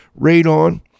Radon